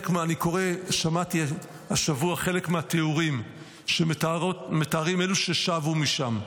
השבוע שמעתי חלק מהתיאורים שמתארים אלה ששבו משם,